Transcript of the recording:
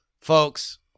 folks